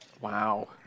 Wow